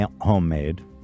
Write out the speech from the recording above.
homemade